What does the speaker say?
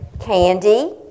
candy